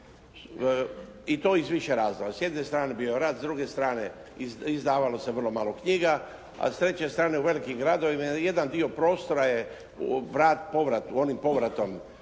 I to iz više razloga. S jedne strane bio je rat, s druge strane izdavalo se vrlo malo knjiga. A s treće strane u velikim gradovima jedan dio prostora je onim povratom